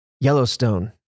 Yellowstone